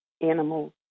animals